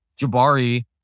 Jabari